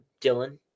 Dylan